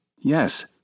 Yes